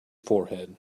forehead